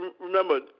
Remember